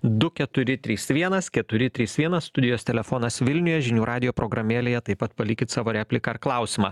du keturi trys vienas keturi trys vienas studijos telefonas vilniuje žinių radijo programėlėje taip pat palikit savo repliką ar klausimą